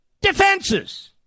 defenses